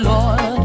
Lord